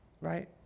right